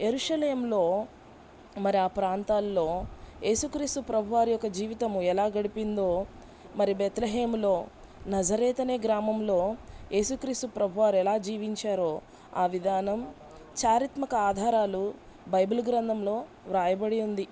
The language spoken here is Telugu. యెరూషలేంలో మరి ఆ ప్రాంతాల్లో ఏసుక్రీస్తు ప్రభువాారి యొక్క జీవితము ఎలా గడిపిందో మరి బెత్లహేంలో నజరేత్ అనే గ్రామంలో ఏసుక్రీస్తు ప్రభువారు ఎలా జీవించారో ఆ విధానం చారిత్మక ఆధారాలు బైబిల్ గ్రంధంలో వ్రాయబడి ఉంది